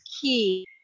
key